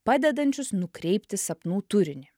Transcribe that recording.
padedančius nukreipti sapnų turinį